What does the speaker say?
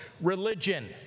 religion